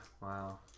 Wow